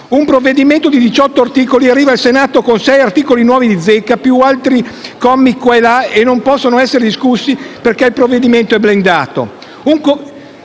un provvedimento di 18 articoli, arriva al Senato con 6 articoli nuovi di zecca più altri commi qua e là, che non possono essere discussi perché il provvedimento è blindato.